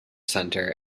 center